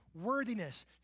worthiness